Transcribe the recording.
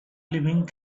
living